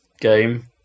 game